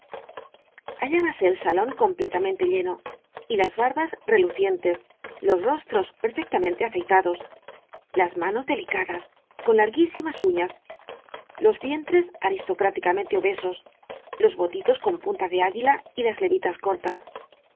oídos hallábase el salón completamente lleno y las barbas relucientes los rostros perfectamente afeitados las manos delicadas con larguísimas uñas los vientres aristocráticamente obesos los botitos con punta de anguila y las levitas cortas